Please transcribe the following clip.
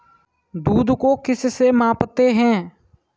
दूध को किस से मापते हैं?